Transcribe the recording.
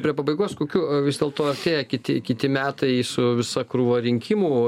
prie pabaigos kokių vis dėlto artėja kiti kiti metai su visa krūva rinkimų